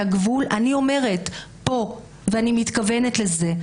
הגבול אני אומרת פה ואני מתכוונת לזה,